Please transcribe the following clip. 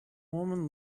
woman